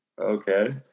okay